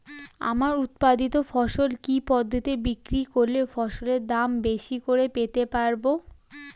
আমার উৎপাদিত ফসল কি পদ্ধতিতে বিক্রি করলে ফসলের দাম বেশি করে পেতে পারবো?